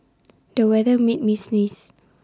the weather made me sneeze